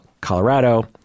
Colorado